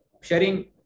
sharing